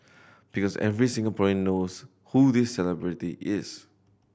because every Singaporean knows who this celebrity is